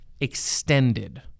extended